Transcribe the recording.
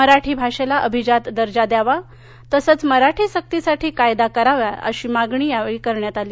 मराठी भाषेला अभिजात दर्जा द्यावा तसंच मराठी सक्तीसाठी कायदा करावा अशा मागण्या यावेळी करण्यात आल्या